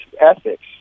ethics